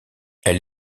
elle